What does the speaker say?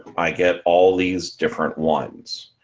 i get all these different ones.